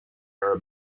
are